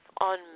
on